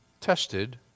tested